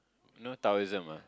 no Taoism ah